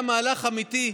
היה מהלך אמיתי,